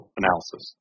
analysis